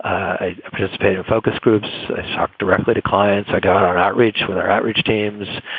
i participate in focus groups, i shop directly to clients. i got our outreach with our outreach teams.